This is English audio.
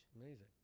Amazing